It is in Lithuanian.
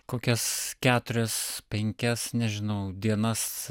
kokias keturias penkias nežinau dienas